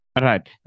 right